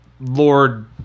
Lord